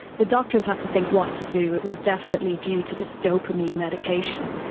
the doctors had to think what to do it was definitely due to this dopamine medication,